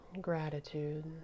gratitude